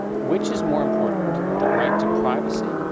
which is more important, the right to privacy,